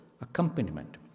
accompaniment